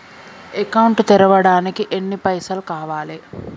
Account తెరవడానికి ఎన్ని పైసల్ కావాలే?